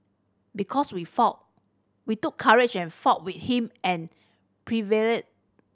because we fought we took courage and fought with him and prevail